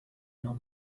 non